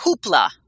Hoopla